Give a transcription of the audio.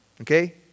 Okay